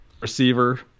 receiver